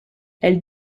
elle